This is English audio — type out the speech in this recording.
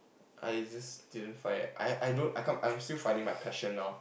I just didn't find it I I don't I'm still finding my passion now